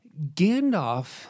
Gandalf